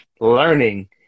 learning